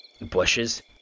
bushes